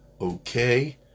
Okay